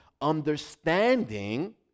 understanding